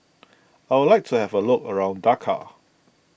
I would like to have a look around Dakar